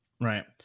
Right